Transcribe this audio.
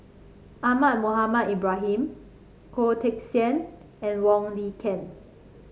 Ahmad Mohamed Ibrahim Goh Teck Sian and Wong Lin Ken